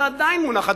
ועדיין מונחת.